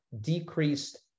decreased